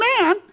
man